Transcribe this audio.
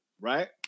Right